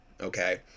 okay